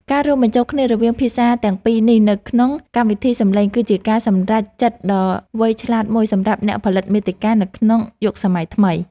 ការរួមបញ្ចូលគ្នារវាងភាសាទាំងពីរនេះនៅក្នុងកម្មវិធីសំឡេងគឺជាការសម្រេចចិត្តដ៏វៃឆ្លាតមួយសម្រាប់អ្នកផលិតមាតិកានៅក្នុងយុគសម័យថ្មី។